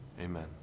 Amen